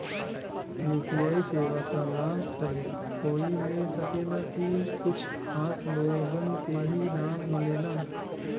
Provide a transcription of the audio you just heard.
UPI सेवा क लाभ सब कोई ले सकेला की कुछ खास लोगन के ई लाभ मिलेला?